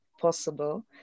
possible